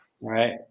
Right